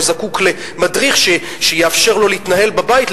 הוא זקוק למדריך שיאפשר לו להתנהל בבית,